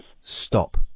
Stop